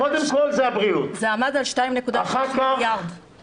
קודם כל זה הבריאות --- זה עמד על 2.6 מיליארד בחודש ספטמבר.